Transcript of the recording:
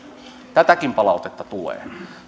tätäkin palautetta tulee